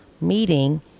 meeting